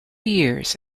years